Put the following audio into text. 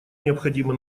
необходимо